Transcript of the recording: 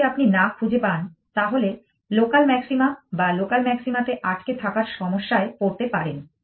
যদি আপনি না খুঁজে পান তাহলে লোকাল ম্যাক্সিমা বা লোকাল মিনিমাতে আটকে থাকার সমস্যায় পড়তে পারেন